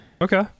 Okay